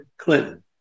Clinton